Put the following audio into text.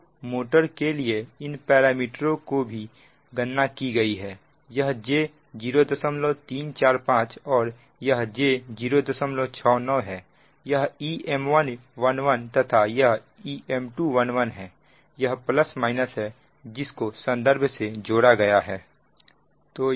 तो मोटर के लिए इन पैरामीटरओं की भी गणना की गई है यह j 0345 और यह j 069 है यह Em111 तथा यह Em211 है यह प्लस माइनस है जिस को संदर्भ से जोड़ा गया है